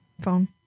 phone